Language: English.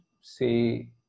say